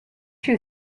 you